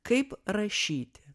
kaip rašyti